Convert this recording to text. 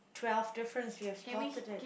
twelve difference you have spotted it